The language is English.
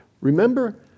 Remember